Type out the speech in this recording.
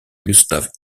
gustaf